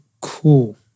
cool